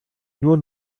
nur